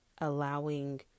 allowing